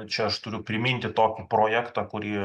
čia aš turiu priminti tokį projektą kurį